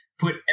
Put